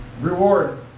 reward